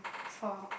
for